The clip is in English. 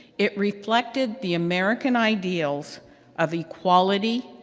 it reflected the american ideals of equality,